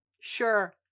Sure